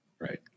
Right